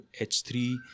H3